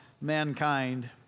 mankind